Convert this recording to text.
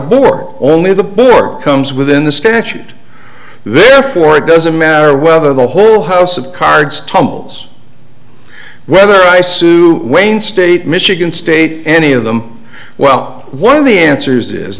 a bore only the book comes within the statute therefore it doesn't matter whether the whole house of cards tumbles whether i sue wayne state michigan state any of them well one of the answers is